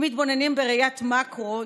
אם מתבוננים בראיית מאקרו,